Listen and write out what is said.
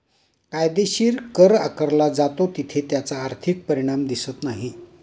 कायदेशीररित्या कर आकारला जातो तिथे त्याचा आर्थिक परिणाम दिसत नाही